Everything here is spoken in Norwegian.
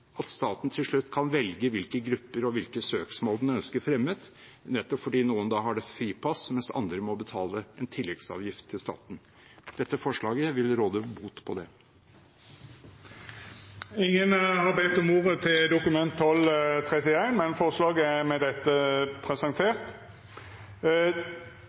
at staten til slutt kan velge hvilke grupper og søksmål den ønsker fremmet, nettopp fordi noen har et fripass, mens andre må betale en tilleggsavgift til staten. Dette forslaget vil råde bot på det. Fleire har ikkje bedt om ordet til grunnlovsforslag 31. Forslaget er